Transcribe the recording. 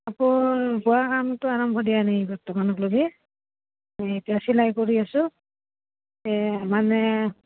বোৱা কামটো আৰম্ভ দিয়া নাই বৰ্তমানক লে এতিয়া চিলাই কৰি আছোঁ এ মানে